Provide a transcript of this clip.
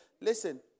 Listen